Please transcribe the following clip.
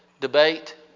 debate